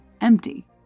empty